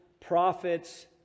prophets